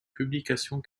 publications